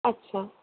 আচ্ছা